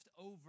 over